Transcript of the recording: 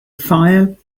fire